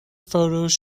photos